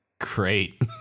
Great